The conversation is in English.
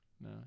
No